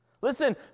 Listen